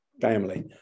family